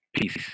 Peace